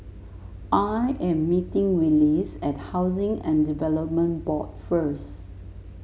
I am meeting Willis at Housing and Development Board first